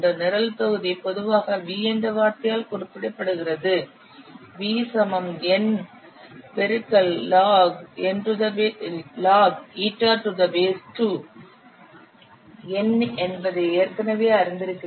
நிரல் தொகுதி பொதுவாக V என்ற வார்த்தையால் குறிப்பிடப்படுகிறது VNlog2η N என்பதை ஏற்கனவே அறிந்திருக்கிறீர்கள்